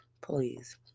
please